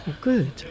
good